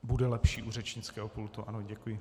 Bude lepší u řečnického pultu, ano, děkuji.